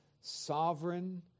sovereign